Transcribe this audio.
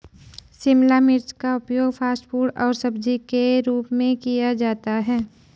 शिमला मिर्च का उपयोग फ़ास्ट फ़ूड और सब्जी के रूप में किया जाता है